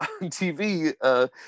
TV